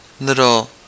little